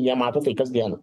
jie mato tai kasdieną